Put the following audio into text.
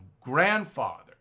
grandfather